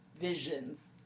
visions